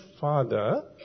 father